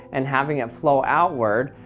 and having a flow outward,